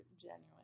genuine